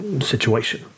Situation